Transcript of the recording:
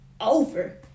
over